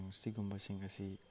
ꯁꯤꯒꯨꯝꯕꯁꯤꯡ ꯑꯁꯤ